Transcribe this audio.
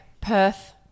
Perth